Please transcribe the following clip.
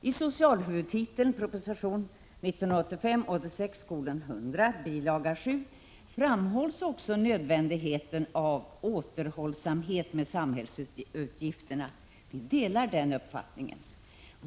I socialhuvudtiteln, proposition 1985/86:100, bilaga 7, framhålls nödvändigheten av återhållsamhet med samhällsutgifterna. Vi delar den uppfattningen.